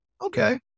Okay